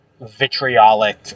vitriolic